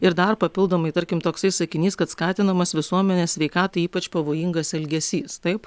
ir dar papildomai tarkim toksai sakinys kad skatinamas visuomenės sveikatai ypač pavojingas elgesys taip